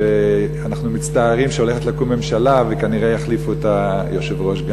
שאנחנו מצטערים שהולכת לקום ממשלה וכנראה יחליפו גם את היושב-ראש.